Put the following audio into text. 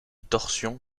torsion